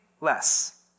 less